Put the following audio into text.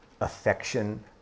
affection